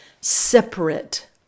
separate